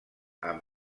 amb